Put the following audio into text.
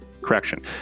correction